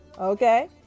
Okay